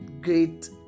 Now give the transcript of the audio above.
great